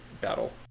battle